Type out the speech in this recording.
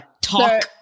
talk